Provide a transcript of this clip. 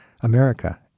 America